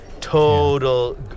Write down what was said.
Total